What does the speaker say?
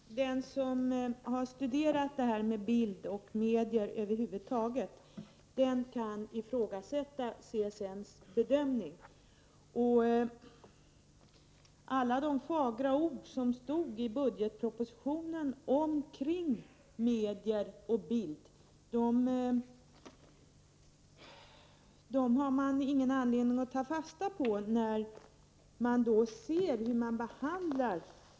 Fru talman! Den som har studerat detta med bild och medier över huvud taget kan ifrågasätta CSN:s bedömning. Alla de fagra ord som stod i budgetpropositionen beträffande medier och bild finns det ingen anledning att ta fasta på när man ser hur eleverna behandlas.